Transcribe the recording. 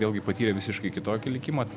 vėlgi patyrė visiškai kitokį likimą